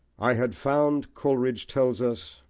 i had found, coleridge tells us,